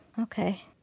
Okay